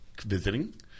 visiting